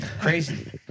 crazy